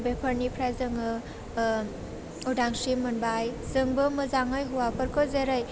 बेफोरनिफ्राय जोङो उदांस्रि मोनबाय जोंबो मोजाङै हौवाफोरखौ जेरै